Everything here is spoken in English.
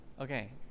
Okay